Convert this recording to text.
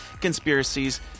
conspiracies